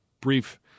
brief